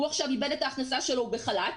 הוא עכשיו איבד את ההכנסה שלו והוא בחל"ת